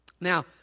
Now